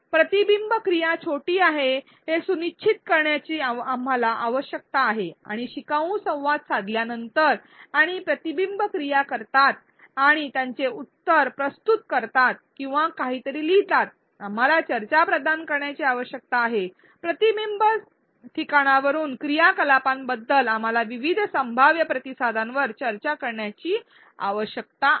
प्रतिबिंब क्रिया लहान आहे हे सुनिश्चित करणे आवश्यक आहे आणि विद्यार्थ्यांनी संवाद साधून प्रतिबिंब क्रिया केल्या नंतर आणि त्यांचे उत्तर प्रस्तुत करतात किंवा काहीतरी लिहितात आपल्याला चर्चा प्रदान करण्याची आवश्यकता आहे प्रतिबिंबस्थानावरील क्रियाकलापांवरील विविध संभाव्य प्रतिक्रियांवर चर्चा करणे आवश्यक आहे